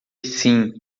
sim